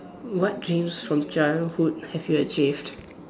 what dreams from childhood have you achieved